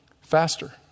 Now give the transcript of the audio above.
faster